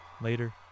Later